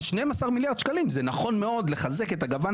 אז 12 מיליארד שקלים זה נכון מאוד לחזק את הגוון